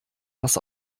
was